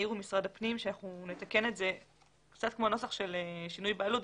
העיר משרד הפנים שנתקן את זה כמו הנוסח של שינוי בעלות.